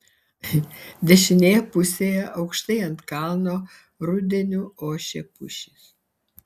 dešinėje pusėje aukštai ant kalno rudeniu ošė pušys